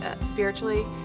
spiritually